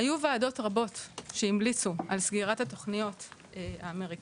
היו ועדות רבות שהמליצו על סגירת התוכניות האמריקאיות,